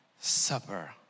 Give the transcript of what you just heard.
supper